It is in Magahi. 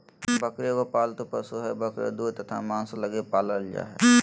बकरी एगो पालतू पशु हइ, बकरी दूध तथा मांस लगी पालल जा हइ